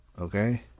Okay